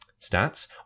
stats